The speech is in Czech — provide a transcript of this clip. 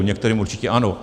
Některým určitě ano.